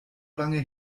lange